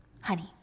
Honey